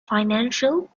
financial